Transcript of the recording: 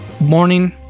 morning